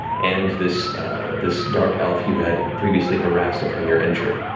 and this this dark elf you had previously harassed upon your entry.